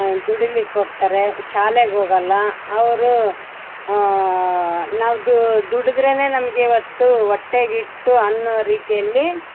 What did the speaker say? ದುಡಿಲಿಕ್ಕೆ ಹೋಗ್ತಾರೆ ಶಾಲೆಗೋಗಲ್ಲ ಅವರು ನಾವು ದುಡಿದ್ರೇನೆ ನಮಗೆ ಇವತ್ತು ಹೊಟ್ಟೆಗ್ ಹಿಟ್ಟು ಅನ್ನೋ ರೀತಿಯಲ್ಲಿ